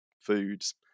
foods